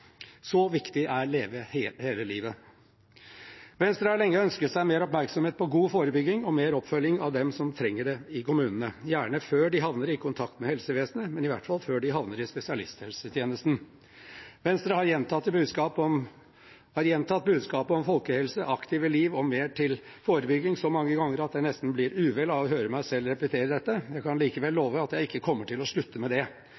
Så viktig er Leve hele livet. Venstre har lenge ønsket seg mer oppmerksomhet på god forebygging og mer oppfølging av dem som trenger det i kommunene – gjerne før de kommer i kontakt med helsevesenet, men i hvert fall før de havner i spesialisthelsetjenesten. Venstre har gjentatt budskapet om folkehelse, aktive liv og mer til forebygging så mange ganger at jeg nesten blir uvel av å høre meg selv repetere dette. Jeg kan likevel love at jeg ikke kommer til å slutte med det.